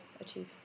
achieve